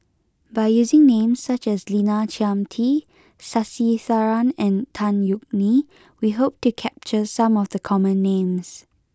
by using names such as Lina Chiam T Sasitharan and Tan Yeok Nee we hope to capture some of the common names